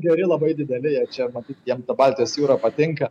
geri labai dideli jie čia matyt jiem baltijos jūra patinka